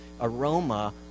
aroma